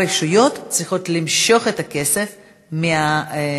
הרשויות צריכות למשוך את הכסף מהמשרדים.